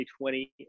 2020